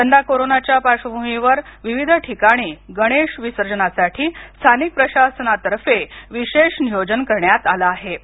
यंदा कोरोनाच्या पार्श्वभूमीवर विविध ठिकाणी गणेश विसर्जनासाठी स्थानिक प्रशासनाचं विशेष नियोजन करण्यात आलं होतं